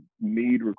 need